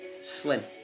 slim